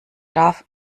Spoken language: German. darf